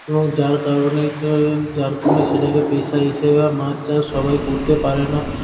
এবং যার কারণে যার কারণে সেটাকে পেশা হিসেবে মাছ চাষ সবাই করতে পারে না